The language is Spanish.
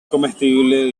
comestible